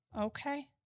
Okay